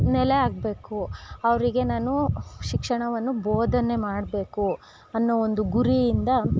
ನೆಲೆ ಆಗಬೇಕು ಅವರಿಗೆ ನಾನು ಶಿಕ್ಷಣವನ್ನು ಬೋಧನೆ ಮಾಡಬೇಕು ಅನ್ನೋ ಒಂದು ಗುರಿಯಿಂದ